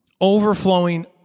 Overflowing